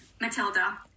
matilda